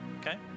okay